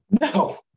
No